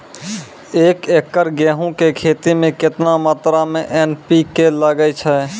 एक एकरऽ गेहूँ के खेती मे केतना मात्रा मे एन.पी.के लगे छै?